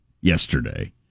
yesterday